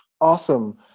Awesome